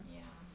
ya